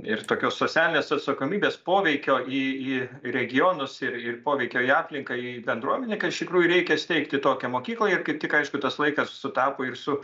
ir tokios socialinės atsakomybės poveikio į į regionus ir ir poveikio į aplinką į bendruomenę iš tikrųjų reikia steigti tokią mokyklą ir kaip tik aišku tas laikas sutapo ir su